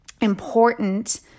important